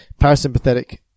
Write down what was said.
Parasympathetic